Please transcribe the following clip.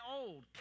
old